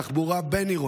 תחבורה בין-עירונית,